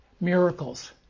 Miracles